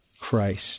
Christ